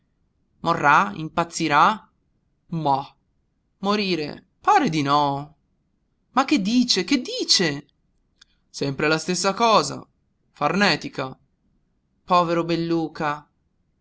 morrà impazzirà mah morire pare di no ma che dice che dice sempre la stessa cosa farnetica povero belluca